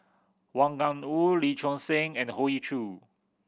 Wang Gungwu Lee Choon Seng and Hoey Choo